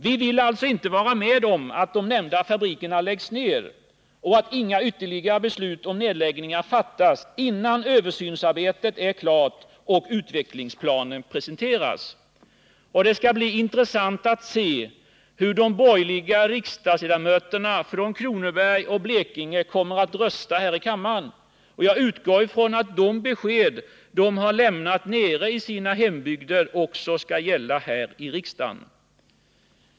Vi vill alltså inte vara med om att de nämnda fabrikerna läggs ner och att några ytterligare beslut om nedläggningar fattas innan översynsarbetet är klart och utvecklingsplanen presenterats. Det skall bli intressant att se hur de borgerliga riksdagsledamöterna från Kronobergs och Blekinge län kommer att rösta här i kammaren. Jag utgår ifrån att de besked de har lämnat i sina hembygder också skall gälla här i riksdagen.